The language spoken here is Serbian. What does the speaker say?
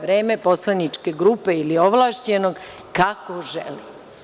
Troši svoje vreme poslaničke grupe ili ovlašćenog kako želi.